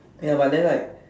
ya but than like